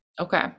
Okay